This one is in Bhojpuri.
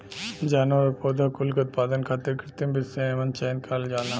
जानवर आउर पौधा कुल के उत्पादन खातिर कृत्रिम विधि से एमन चयन करल जाला